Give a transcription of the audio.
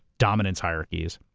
dominance hierarchies,